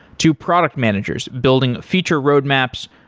to product managers building feature roadmaps,